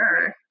sure